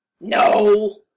No